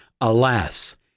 Alas